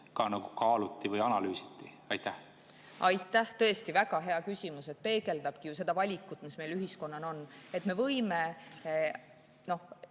ka kaaluti või analüüsiti? Aitäh! Tõesti väga hea küsimus, see peegeldabki seda valikut, mis meil ühiskonnana on. Me võime